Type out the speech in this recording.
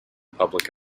public